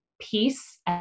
Peace